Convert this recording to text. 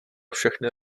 všechny